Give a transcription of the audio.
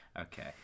Okay